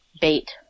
bait